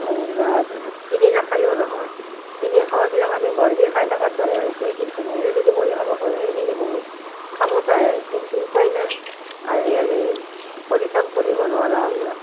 কিনি নাখালেও নহয় কিনি খোৱাবিলাক আমি বৰবিহ খাই থকাৰ দৰে হৈছে কিন্তু নিজে যদি কৰি খাব পাৰোঁ সেইখিনি বহুত কামত আহে কিন্তু উপায় নাই আজিকালি পৰিশ্ৰম কৰিব নোৱাৰা হ'লোঁ